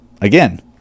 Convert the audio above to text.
again